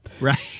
Right